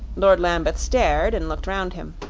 lord lambeth stared and looked round him.